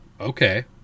Okay